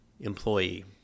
employee